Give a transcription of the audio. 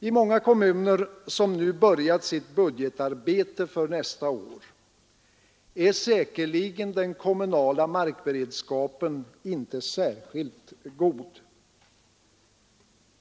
I många kommuner, som nu börjat sitt budgetarbete för nästa år, är säkerligen den kommunala markberedskapen inte särskild god.